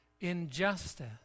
injustice